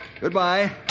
Goodbye